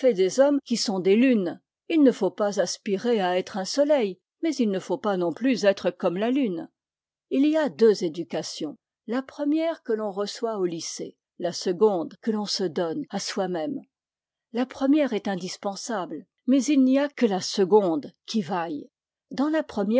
des hommes qui sont des lunes il ne faut pas aspirer à être un soleil mais il ne faut pas non plus être comme la lune il y a deux éducations la première que l'on reçoit au lycée la seconde que l'on se donne à soi-même la première est indispensable mais il n'y a que la seconde qui vaille dans la première